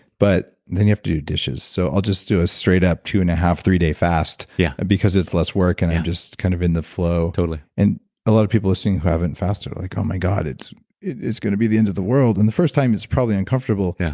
but then you have to do dishes. so, i'll just do a straight up two and a half, three day fast yeah because it's less work and i'm just kind of in the flow totally and a lot of people listening who haven't fasted are like, oh my god, it's it's going to be the end of the world. and the first time it's probably uncomfortable, yeah